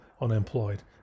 unemployed